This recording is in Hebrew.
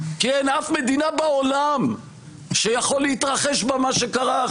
כי אין שום מדינה בעולם שיכול להתרחש בה מה שקרה עכשיו.